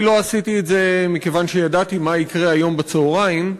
לא עשיתי את זה מכיוון שידעתי מה יקרה היום בצהריים,